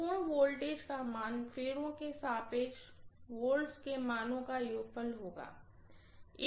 संपूर्ण वोलटेज का मान फेरों के सापेक्ष वॉल्ट्ज के मानों का योगफल होगा